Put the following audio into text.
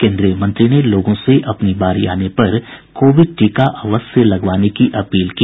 कोन्द्रीय मंत्री ने लोगों से अपनी बारी आने पर कोविड टीका अवश्य लगवाने की अपील की